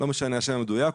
משנה השם המדויק,